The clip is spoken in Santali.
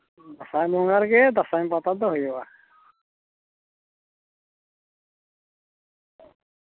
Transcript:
ᱫᱟᱸᱥᱟᱭ ᱵᱚᱸᱜᱟ ᱨᱮᱜᱮ ᱫᱟᱸᱥᱟᱭ ᱯᱟᱛᱟ ᱫᱚ ᱦᱩᱭᱩᱜᱼᱟ